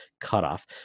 cutoff